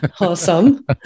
Awesome